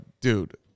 dude